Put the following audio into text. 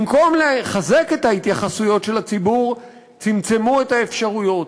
במקום לחזק את ההתייחסויות של הציבור צמצמו את האפשרויות,